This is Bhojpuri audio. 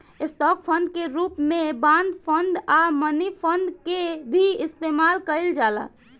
स्टॉक फंड के रूप में बॉन्ड फंड आ मनी फंड के भी इस्तमाल कईल जाला